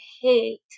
hate